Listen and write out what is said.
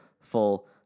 full